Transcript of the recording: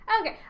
Okay